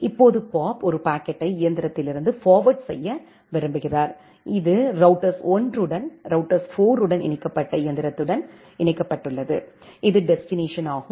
இப்போது பாப் ஒரு பாக்கெட்டை இயந்திரத்திலிருந்து ஃபார்வேர்ட் செய்ய விரும்புகிறார் இது ரௌட்டர்ஸ் 1 உடன் ரௌட்டர்ஸ் 4 உடன் இணைக்கப்பட்ட இயந்திரத்துடன் இணைக்கப்பட்டுள்ளது இது டெஸ்டினேஷன் ஆகும்